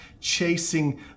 chasing